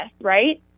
right